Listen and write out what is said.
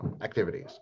activities